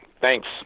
Thanks